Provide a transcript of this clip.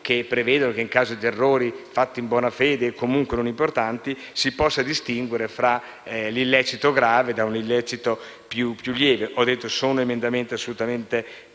che prevedono che, in caso di errori fatti in buona fede o non importanti, si possa distinguere tra l'illecito grave e un illecito più lieve. Sono emendamenti assolutamente puntuali